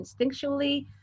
instinctually